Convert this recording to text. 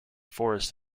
forest